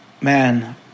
man